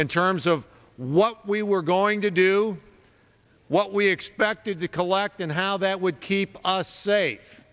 in terms of what we were going to do what we expected to collect and how that would keep us safe